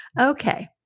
Okay